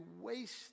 waste